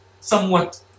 somewhat